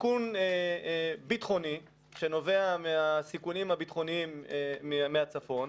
סיכון ביטחוני שנובע מהסיכונים הביטחוניים מהצפון,